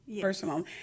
personal